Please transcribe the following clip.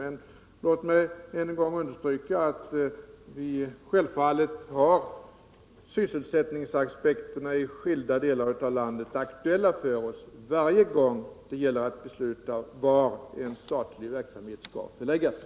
Men låt mig än en gång understryka att vi självfallet har sysselsättningsaspekterna aktuella för oss när det gäller olika delar av landet varje gång det gäller att besluta var en statlig verksamhet skall förläggas.